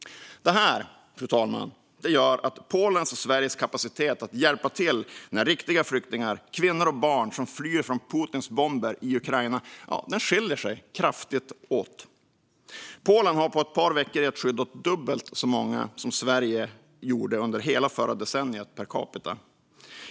Fru talman! Det gör att Polens och Sveriges kapacitet att hjälpa riktiga flyktingar, kvinnor och barn som flyr från Putins bomber i Ukraina, skiljer sig kraftigt åt. Polen har på ett par veckor gett skydd åt dubbelt så många som Sverige gjorde under hela förra decenniet per capita.